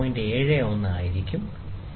71 ആയിരിക്കും